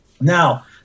Now